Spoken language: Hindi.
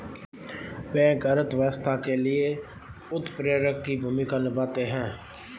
बैंक अर्थव्यवस्था के लिए उत्प्रेरक की भूमिका निभाते है